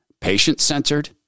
Patient-centered